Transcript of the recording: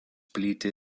plyti